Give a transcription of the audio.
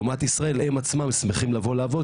לעומת ישראל הם עצמם שמחים לבוא לעבוד